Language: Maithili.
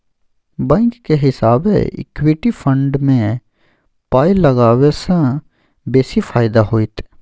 बैंकक हिसाबैं इक्विटी फंड मे पाय लगेबासँ बेसी फायदा होइत